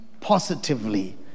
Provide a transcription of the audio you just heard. positively